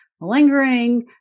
lingering